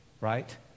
Right